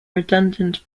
redundant